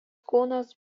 kūnas